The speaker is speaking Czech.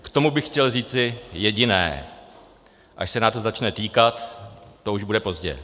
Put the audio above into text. K tomu bych chtěl říci jediné: až se nás to začne týkat, to už bude pozdě.